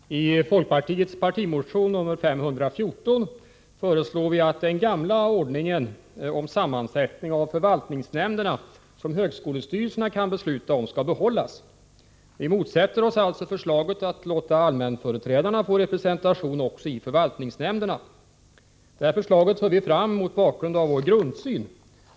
Fru talman! I folkpartiets partimotion 514 föreslår vi att den gamla ordningen beträffande sammansättningen av förvaltningsnämnderna som högskolestyrelserna kan besluta om skall behållas. Vi motsätter oss alltså förslaget att låta allmänföreträdare få representation också i förvaltningsnämnderna. Det här förslaget för vi fram mot bakgrund av vår grundsyn.